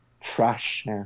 trash